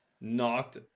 knocked